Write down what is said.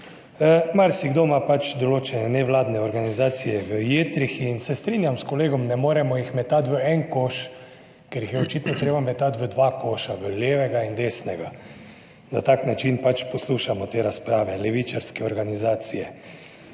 Marsikdo ima določene nevladne organizacije v jetrih in se strinjam s kolegom, ne moremo jih metati v en koš, ker jih je očitno treba metati v dva koša, v levega in desnega. Na tak način poslušamo te razprave levičarske organizacije.